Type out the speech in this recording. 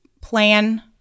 plan